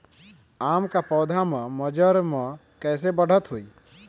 आम क पौधा म मजर म कैसे बढ़त होई?